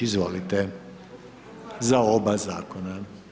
Izvolite za oba zakona.